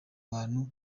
bantu